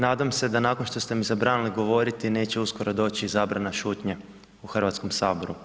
nadam se da nakon što ste mi zabranili govoriti da neće uskoro doći i zabrana šutnje u Hrvatskom saboru.